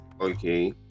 Okay